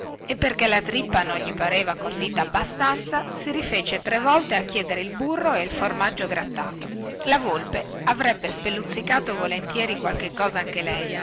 e perché la trippa non gli pareva condita abbastanza si rifece tre volte a chiedere il burro e il formaggio grattato la volpe avrebbe spelluzzicato volentieri qualche cosa anche lei